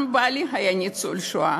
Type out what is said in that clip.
גם בעלי היה ניצול שואה,